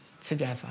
together